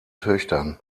töchtern